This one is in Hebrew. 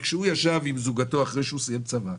כשהוא ישב עם זוגתו אחרי שהוא סיים צבא,